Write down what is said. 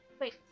wait